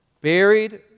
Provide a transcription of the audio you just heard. buried